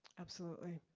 absolutely.